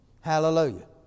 Hallelujah